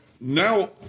Now